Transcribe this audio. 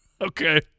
okay